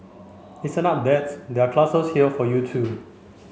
listen up dads there are classes here for you too